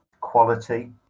quality